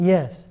Yes